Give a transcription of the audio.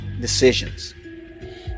decisions